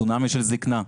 צונאמי של זקנה.